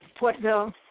Portville